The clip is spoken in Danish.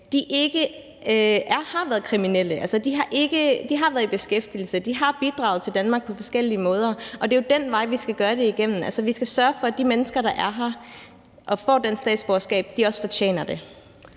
ikke har været kriminelle; de har været i beskæftigelse, har bidraget til Danmark på forskellige måder. Og det er jo den måde, vi skal gøre det på, altså vi skal sørge for, at de mennesker, der er her og får dansk statsborgerskab, også fortjener det.